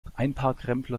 einparkrempler